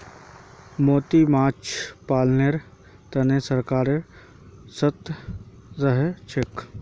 मोती माछ पालनेर तने सरकारो सतर्क रहछेक